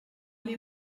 les